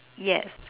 yes